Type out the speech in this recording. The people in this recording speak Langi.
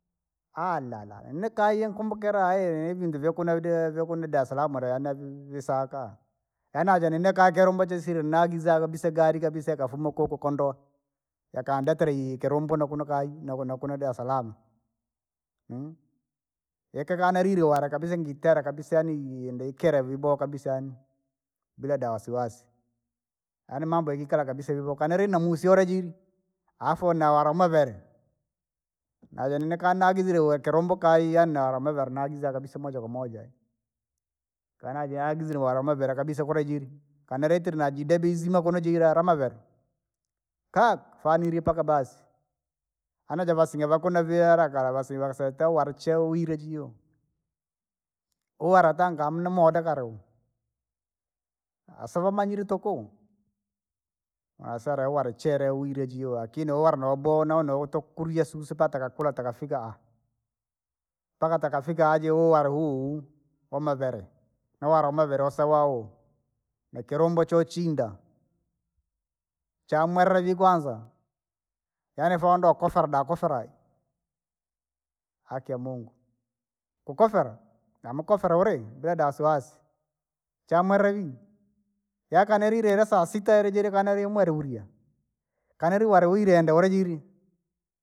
Alalala nekaiye nkumbukila aye nini vintu vyakunaudie ni daslama launavii visaka, yaani naja nini kakelo lomba jisire nagizaga kabisa gari kabisa kafuma ukouko kondoa. Jakandekela kilumbu na kuno kayi naku nakuno daslama. ikikanalili uwara kabasa ingitera kabisa yaani indikera vyaboa kabisa yaani, bila da wasiwasi, yaani mambo yakikala kabisa ivokanili namusi olejiri. Afu nawaramavele, najaninikanagizile weikilumbikira ayi yaani naramavere nagizaga kabisa moja kwa moja, kana viagizile wala mavele kabisa kula jiri, kanalitire najidedi izima kuno jilala mavere. Kaa! Familia mpaka basi, anaja vasinga vakuna vihela kala vasi vasetawa cheuwire jio. Uwara tanga hamna mode galau, asovamanyire tuku, wasala walichelewile jio lakini wala noboa nao- nautukuria susu sipata kakula takafika. Mpaka takafika aje uaware huu, kwamavele, nowala wamavele usawau, nikilumbu chochinda, chamwerera ivi kwanza? Yaani fondo kofalda kufurahi, haki yamungu, kukosera, namukosera uri bila dawasiwasi, chamwerera ivii, yakane lilela sasita ili jiri kanalimwera uliye, kana riware we irenda urijili.